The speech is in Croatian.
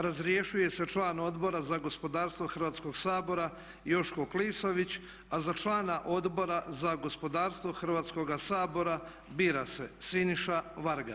Razrješuje se član Odbora za gospodarstvo Hrvatskog sabora Joško Klisović, a za člana Odbora za gospodarstvo Hrvatskoga sabora bira se Siništa Varga.